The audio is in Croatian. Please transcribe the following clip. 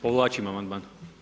Povlačim Amandman.